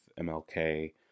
MLK